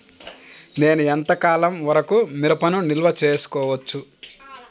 నేను ఎంత కాలం వరకు మిరపను నిల్వ చేసుకోవచ్చు?